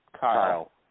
Kyle